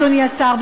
אדוני השר,